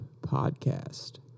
Podcast